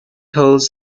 holds